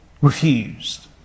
refused